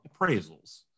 appraisals